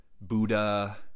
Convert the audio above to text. Buddha